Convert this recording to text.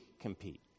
compete